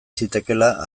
zitekeela